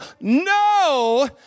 No